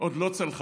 עוד לא צלחה.